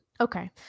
Okay